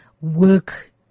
work